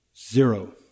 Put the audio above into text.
zero